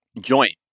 joint